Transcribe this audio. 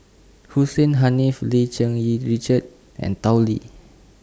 Hussein Haniff Lim Cherng Yih Richard and Tao Li